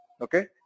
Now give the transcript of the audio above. okay